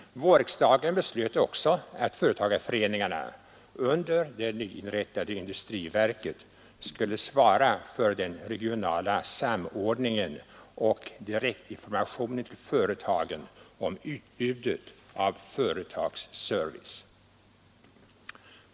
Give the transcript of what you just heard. Vårriksdagen beslöt också att företagarföreningarna under det nyinrättade industriverket skulle svara för den regionala samordningen och för direktinformationen till företagen om utbudet av företagsservice.